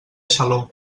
xaló